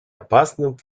опасным